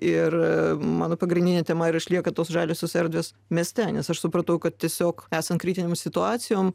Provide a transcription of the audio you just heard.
ir mano pagrindinė tema ir išlieka tos žaliosios erdvės mieste nes aš supratau kad tiesiog esant kritinėm situacijom